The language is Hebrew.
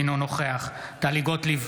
אינו נוכח טלי גוטליב,